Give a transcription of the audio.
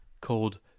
called